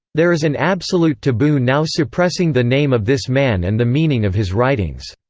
there is an absolute taboo now suppressing the name of this man and the meaning of his writings.